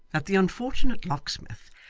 that the unfortunate locksmith,